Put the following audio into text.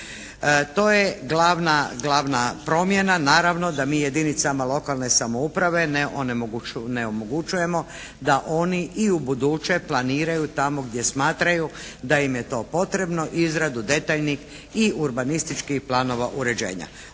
To je glavna promjena. Naravno da mi jedinicama lokalne samouprave ne omogućujemo da oni i u buduće planiraju tamo gdje smatraju da im je to potrebno izradu detaljnih i urbanističkih planova uređenja.